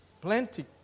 plenty